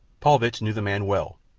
paulvitch knew the man well,